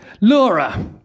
Laura